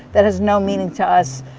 that has no meaning to us.